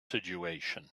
situation